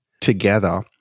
together